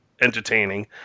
entertaining